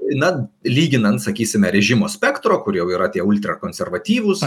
na lyginant sakysime režimo spektro kur jau yra tie ultrakonservatyvūs